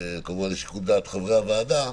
כמובן לשיקול דעת חברי הוועדה,